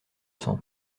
sang